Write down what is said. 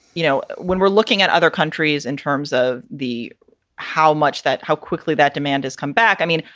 you know, when we're looking at other countries in terms of the how much that how quickly that demand is come back. i mean,